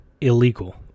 illegal